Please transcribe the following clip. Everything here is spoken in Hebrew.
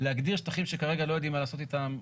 להגדיר שטחים שכרגע לא יודעים מה לעשות איתם,